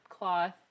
cloth